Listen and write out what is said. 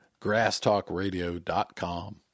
grasstalkradio.com